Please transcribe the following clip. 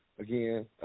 again